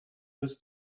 this